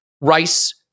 Rice